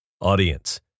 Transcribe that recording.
Audience